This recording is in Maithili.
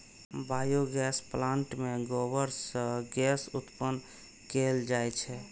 बायोगैस प्लांट मे गोबर सं गैस उत्पन्न कैल जाइ छै